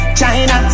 China